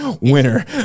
winner